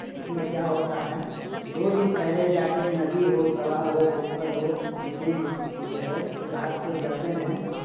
इसमें क्या होता है कि दो दिन पहले जाकर नदी हो तालाब हो पोखर हो इसमें जो है घाट पे जाते हैं